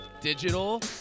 digital